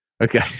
Okay